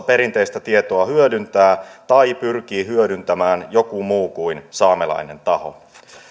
perinteistä tietoa hyödyntää tai pyrkii hyödyntämään joku muu kuin saamelainen taho